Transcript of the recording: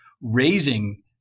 raising